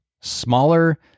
smaller